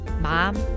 mom